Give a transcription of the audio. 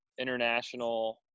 international